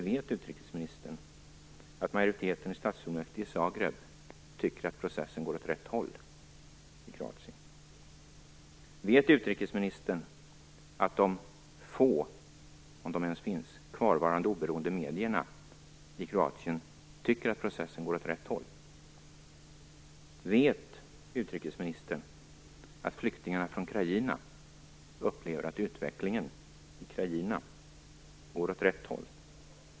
Vet utrikesministern att majoriteten i stadsfullmäktige i Zagreb tycker att processen går åt rätt håll i Kroatien? Vet utrikesministern att de få, om de ens finns, kvarvarande oberoende medierna i Kroatien tycker att processen går åt rätt håll? Vet utrikesministern att flyktingarna från Krajina upplever att utvecklingen i Krajina går åt rätt håll?